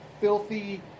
filthy